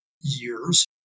years